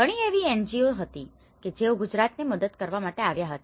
ઘણી એવી NGOs હતી કે જેઓ ગુજરાતને મદદ કરવા માટે આવ્યા હતા